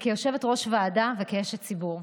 כיושבת-ראש ועדה וכאשת ציבור.